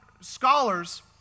scholars